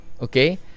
okay